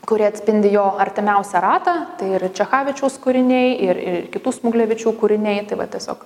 kurie atspindi jo artimiausią ratą tai ir čechavičiaus kūriniai ir ir kitų smuglevičių kūriniai tai va tiesiog